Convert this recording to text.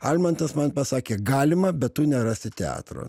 almantas man pasakė galima bet tu nerasi teatro